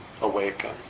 awaken